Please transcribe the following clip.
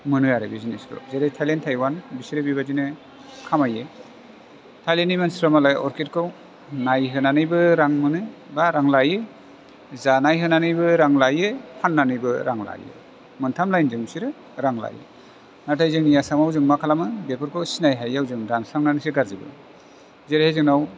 मोनो आरो बे जिनिसखौ जेरै थाइलेण्ड टाइवान बेसोरो बेबायदिनो खामायो थाइलेण्डनि मानसिफ्रा मालाय अरखिदखौ नायहोनानैबो रां मोनो बा रां लायो जानाय होनानैबो रां लायो फाननानैबो रां लायो मोनथाम लाइनजों बिसोरो रां लायो नाथाय जोंनि आसामाव जों मा खालामो बेफोरखौ सिनाय हायैयाव जों दानस्रांनानैसो गारजोबो जेरै जोंनाव